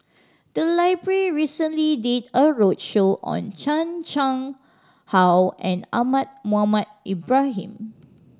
the library recently did a roadshow on Chan Chang How and Ahmad Mohamed Ibrahim